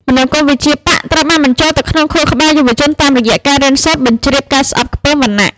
មនោគមវិជ្ជាបក្សត្រូវបានបញ្ចូលទៅក្នុងខួរក្បាលយុវជនតាមរយៈការ «រៀនសូត្រ» បញ្ជ្រាបការស្អប់ខ្ពើមវណ្ណៈ។